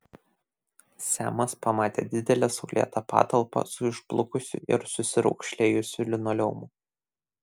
semas pamatė didelę saulėtą patalpą su išblukusiu ir susiraukšlėjusiu linoleumu